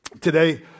Today